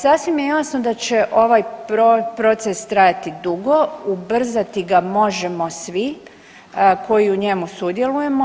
Sasvim je jasno da će ovaj proces trajati dugo, ubrzati ga možemo svi koji u njemu sudjelujemo.